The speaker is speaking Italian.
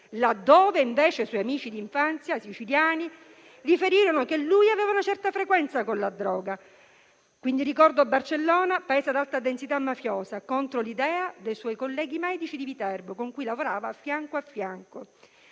laddove i suoi amici di infanzia, siciliani, riferirono che aveva una certa frequenza con la droga. Lo ricordo, dunque: Barcellona Pozzo di Gotto, un paese ad alta densità mafiosa, contro l'idea dei suoi colleghi medici di Viterbo, con cui lavorava fianco a fianco.